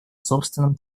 собственном